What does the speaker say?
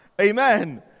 Amen